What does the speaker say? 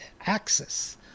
access